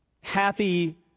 happy